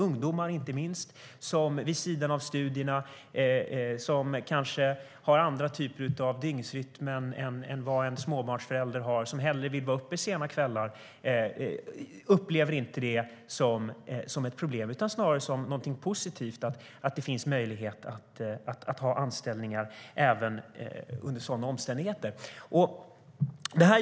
Inte minst ungdomar som arbetar vid sidan av studierna, kanske har en annan dygnsrytm än en småbarnsförälder och hellre vill vara uppe sena kvällar upplever det inte som ett problem utan snarare som någonting positivt att det finns möjlighet att ta anställningar även under sådana omständigheter.